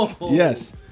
Yes